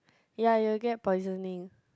ya you'll get poisoning